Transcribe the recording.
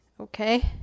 Okay